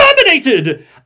terminated